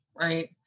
right